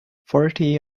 forty